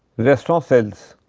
restaurant sells?